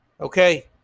Okay